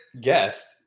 guest